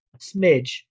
Smidge